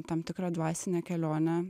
tam tikrą dvasinę kelionę